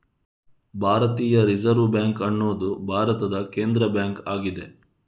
ಭಾರತೀಯ reserve bank ಅನ್ನುದು ಭಾರತದ ಕೇಂದ್ರ ಬ್ಯಾಂಕು ಆಗಿದೆ